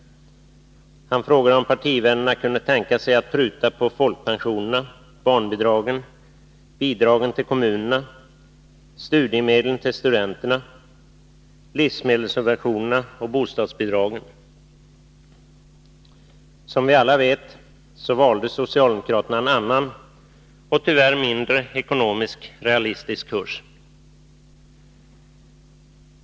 Han frågade om partivännerna kunde tänka sig att pruta på folkpensionerna, barnbidragen, bidragen till kommunerna, studiemedlen till studenterna, livsmedelssubventionerna och bostadsbidragen. Som vi alla vet valde socialdemokraterna en annan och, tyvärr, ekonomiskt mindre realistisk kurs.